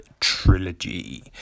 trilogy